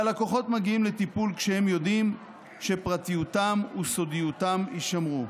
הלקוחות מגיעים לטיפול כשהם יודעים שפרטיותם וסודיותם יישמרו.